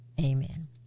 Amen